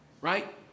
Right